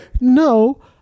no